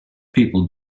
people